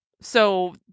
So-